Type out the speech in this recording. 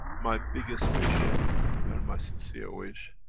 my biggest wish and my sincere wish,